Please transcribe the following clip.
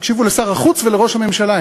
תקשיבו לשר החוץ ולראש הממשלה,